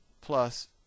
plus